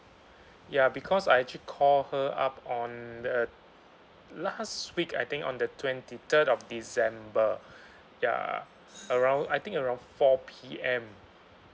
ya because I actually call her up on the last week I think on the twenty third of december ya around I think around four P_M